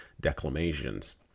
declamations